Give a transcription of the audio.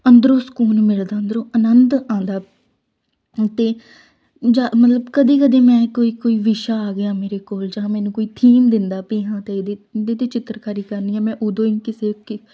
ਅੰਦਰੋਂ ਸਕੂਨ ਮਿਲਦਾ ਅੰਦਰੋਂ ਆਨੰਦ ਆਉਂਦਾ ਅਤੇ ਜਾਂ ਮਤਲਬ ਕਦੇ ਕਦੇ ਮੈਂ ਕੋਈ ਕੋਈ ਵਿਸ਼ਾ ਆ ਗਿਆ ਮੇਰੇ ਕੋਲ ਜਾਂ ਮੈਨੂੰ ਕੋਈ ਥੀਮ ਦਿੰਦਾ ਵੀ ਹਾਂ ਅਤੇ ਇਹਦੇ ਇਹਦੇ 'ਤੇ ਚਿੱਤਰਕਾਰੀ ਕਰਨੀ ਆ ਮੈਂ ਉਦੋਂ ਹੀ ਕਿਸੇ ਕਿ